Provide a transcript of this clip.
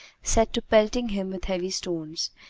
set to pelting him with heavy stones,